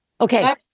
Okay